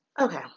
Okay